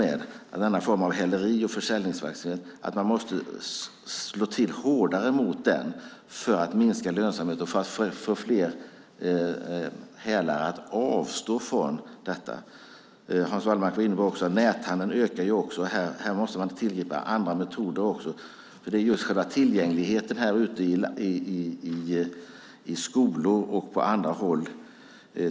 Det är en form av försäljnings och häleriverksamhet, och man måste slå till hårdare mot den för att minska lönsamheten och för att få fler hälare att avstå. Hans Wallmark var inne på detta. Näthandeln ökar. Här måste man tillgripa andra metoder när det gäller själva tillgängligheten i skolor och på andra håll.